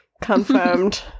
Confirmed